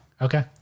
Okay